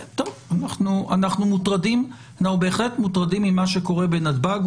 אנחנו בהחלט מוטרדים ממה שקורה בנתב"ג,